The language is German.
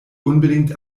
unbedingt